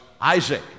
Isaac